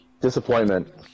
Disappointment